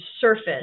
surface